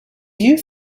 you